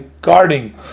guarding